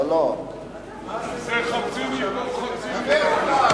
תעשה חצי מפה חצי מפה.